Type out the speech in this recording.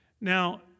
Now